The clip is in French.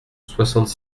soixante